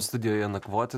studijoje nakvoti